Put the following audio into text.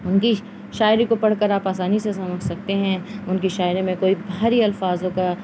ان کی شاعری کو پڑھ کر آپ آسانی سے سمجھ سکتے ہیں ان کی شاعری میں کوئی بھاری الفاظ کا